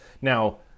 Now